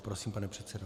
Prosím, pane předsedo.